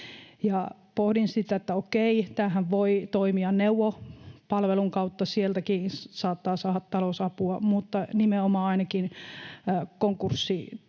okei, tämähän voi toimia Neuvo-palvelun kautta, sieltäkin saattaa saada talousapua, mutta nimenomaan ainakaan